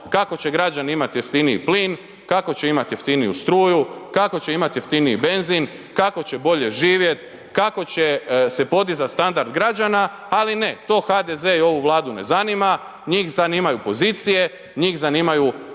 kako će građani imati jeftiniji plin, kako će imati jeftiniju struju, kako će imati jeftiniji benzin, kako će bolje živjeti, kako će se podizati standard građana. Ali ne, to HDZ i ovu Vladu ne zanima, njih zanimaju pozicije, njih zanimaju